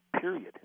period